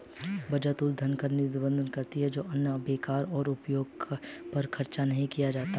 बचत उस धन का प्रतिनिधित्व करती है जो अन्यथा बेकार है और उपभोग पर खर्च नहीं किया जाता है